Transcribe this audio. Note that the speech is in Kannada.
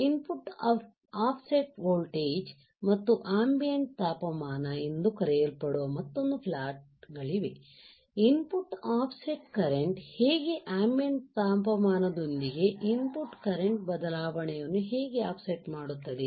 ಇನ್ ಪುಟ್ ಆಫ್ ಸೆಟ್ ವೋಲ್ಟೇಜ್ ಮತ್ತು ಆಂಬಿಯೆಂಟ್ ತಾಪಮಾನ ಎಂದು ಕರೆಯಲ್ಪಡುವ ಮತ್ತೊಂದು ಪ್ಲಾಟ್ ಗಳಿವೆ input offset current ಹೇಗೆ ಆಂಬಿಯೆಂಟ್ ತಾಪಮಾನದೊಂದಿಗೆ ಇನ್ ಪುಟ್ ಕರೆಂಟ್ ಬದಲಾವಣೆಗಳನ್ನು ಹೇಗೆ ಆಫ್ ಸೆಟ್ ಮಾಡುತ್ತದೆ